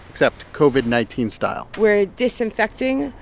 except covid nineteen style we're disinfecting.